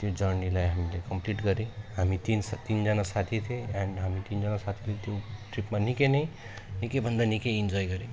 त्यो जर्नीलाई हामीले कम्प्लिट गर्यौँ हामी तिन तिनजना साथी थियौँ एन्ड हामी तिनजना साथीले त्यो ट्रिपमा निकै नै निकै भन्दा निकै इन्जोय गर्यौँ